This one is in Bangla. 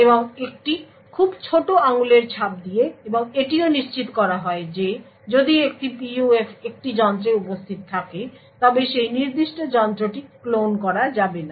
এবং একটি খুব ছোট আঙ্গুলের ছাপ দিয়ে এবং এটিও নিশ্চিত করা হয় যে যদি একটি PUF একটি যন্ত্রে উপস্থিত থাকে তবে সেই নির্দিষ্ট যন্ত্রটি ক্লোন করা যাবে না